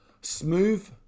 Smooth